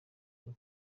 nko